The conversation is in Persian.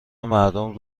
مردم